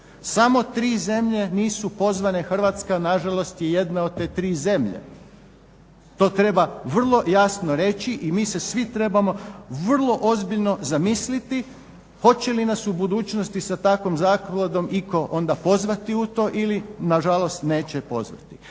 Samo tri zemlje nisu pozvane, Hrvatska nažalost je jedna od te tri zemlje. To treba vrlo jasno reći i mi se svi trebamo vrlo ozbiljno zamisliti hoće li nas u budućnosti sa takvom zakladom itko onda pozvati u to ili nažalost neće pozvati.